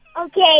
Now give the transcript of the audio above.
Okay